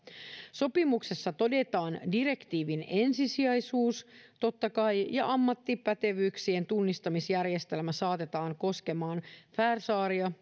sopimuksessa todetaan direktiivin ensisijaisuus totta kai ja ammattipätevyyksien tunnustamisjärjestelmä saatetaan koskemaan färsaaria